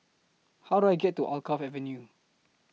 How Do I get to Alkaff Avenue